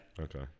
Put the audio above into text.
Okay